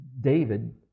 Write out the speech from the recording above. David